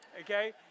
Okay